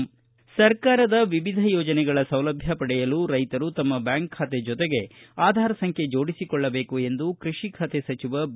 ಸ್ಪರ್ಯಾಚ್ ಸರ್ಕಾರದ ವಿವಿಧ ಯೋಜನೆಗಳ ಸೌಲಭ್ಯಪಡೆಯಲು ರೈಶರು ಶಮ್ಮ ಬ್ಯಾಂಕ್ ಖಾತೆ ಜೊತೆಗೆ ಆಧಾರ್ ಸಂಖ್ಯೆ ಜೋಡಿಸಿಕೊಳ್ಳಬೇಕು ಎಂದು ಕೃಷಿ ಖಾತೆ ಸಚಿವ ಬಿ